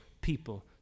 people